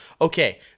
Okay